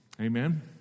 Amen